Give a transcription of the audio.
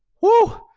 whoo!